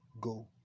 go